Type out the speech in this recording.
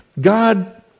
God